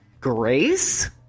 Grace